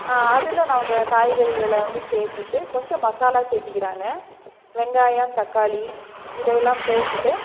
அதில் அவங்க காய்கறிகளை வந்து சேர்த்திட்டு கொஞ்சம் மசாலா சேர்த்திக்கிறாங்க வெங்காயம் தக்காளி இதையெல்லாம் போட்டுகிட்டு